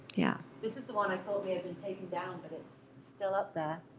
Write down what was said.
yeah this is the one i told you had been taken down, but it's still up there.